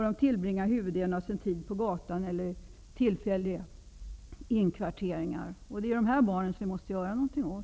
De tillbringar huvuddelen av sin tid på gatan eller på tillfälliga inkvarteringar. Det är dessa barn som vi måste göra någonting åt.